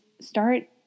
start